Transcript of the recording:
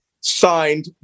signed